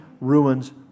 ruins